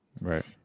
Right